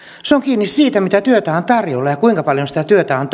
se on kiinni siitä mitä työtä on tarjolla ja kuinka paljon sitä työtä on